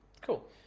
Cool